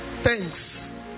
thanks